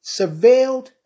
surveilled